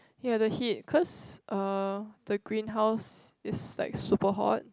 ya the heat cause uh the greenhouse is like super hot